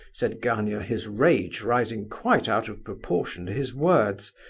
said gania, his rage rising quite out of proportion to his words,